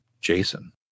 Jason